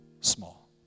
small